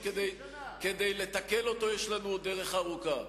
כי כדי לתקן אותו, יש לנו עוד דרך ארוכה.